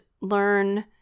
learn